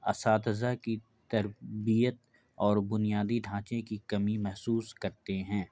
اساتذہ کی تربیت اور بنیادی ڈھانچے کی کمی محسوس کرتے ہیں